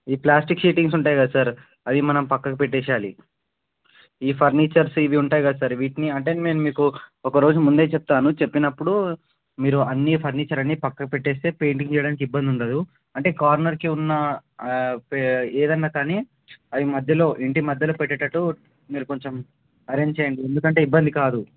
ఈ plastic sheetings ఉంటాయి కదా సార్ అవి మనం పక్కకు పెట్టాలి ఈ ఫర్నీచర్ ఇవి ఉంటాయి కదా సార్ వీటిని అంటే నేను మీకు ఒక రోజు ముందే చెప్తాను చెప్పినప్పుడు మీరు అన్నీ ఫర్నీచర్ అన్నీ పక్కకు పెట్టేస్తే పెయింటింగ్ చేయడానికి ఇబ్బంది ఉండదు అంటే కార్నర్కి ఉన్న ఏదన్న కానీ అవి మధ్యలో ఇంటి మధ్యలో పెట్టేటట్టు మీరు కొంచెం అరేంజ్ చేయండి ఎందుకంటే ఇబ్బంది కాదు